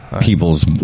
people's